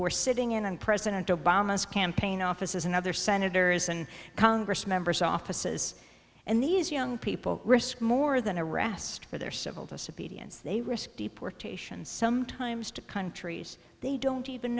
who are sitting in on president obama's campaign offices and other senators and congress members offices and these young people risk more than a rest for their civil disobedience they risk deportation sometimes to countries they don't even